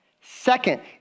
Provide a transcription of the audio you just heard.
Second